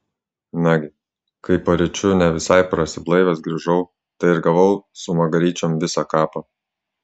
nagi kai paryčiu ne visai prasiblaivęs grįžau tai ir gavau su magaryčiom visą kapą